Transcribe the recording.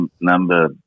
number